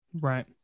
Right